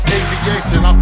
aviation